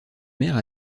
mère